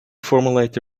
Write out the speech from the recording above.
formulate